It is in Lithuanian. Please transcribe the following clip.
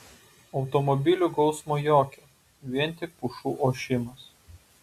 automobilių gausmo jokio vien tik pušų ošimas